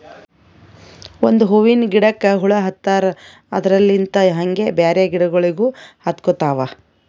ಒಂದ್ ಹೂವಿನ ಗಿಡಕ್ ಹುಳ ಹತ್ತರ್ ಅದರಲ್ಲಿಂತ್ ಹಂಗೆ ಬ್ಯಾರೆ ಗಿಡಗೋಳಿಗ್ನು ಹತ್ಕೊತಾವ್